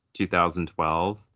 2012